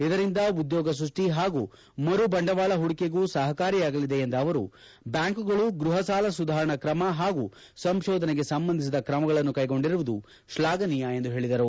ಇದರಿಂದ ಉದ್ಯೋಗ ಸೃಷ್ಟಿ ಹಾಗೂ ಮರು ಬಂಡವಾಳ ಹೂಡಿಕೆಗೂ ಸಹಕಾರಿಯಾಗಲಿದೆ ಎಂದ ಅವರು ಬ್ಲಾಂಕುಗಳು ಗ್ಲಹ ಸಾಲ ಸುಧಾರಣಾ ಕ್ರಮ ಹಾಗೂ ಸಂಶೋಧನೆಗೆ ಸಂಬಂಧಿಸಿದ ಕ್ರಮಗಳನ್ನು ಕೈಗೊಂಡಿರುವುದು ಶ್ಲಾಘನೀಯ ಎಂದು ಹೇಳಿದರು